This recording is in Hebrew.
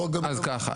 אז ככה,